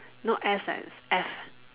not S as F